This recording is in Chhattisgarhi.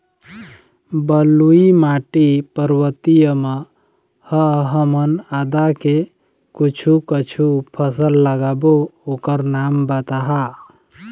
बलुई माटी पर्वतीय म ह हमन आदा के कुछू कछु फसल लगाबो ओकर नाम बताहा?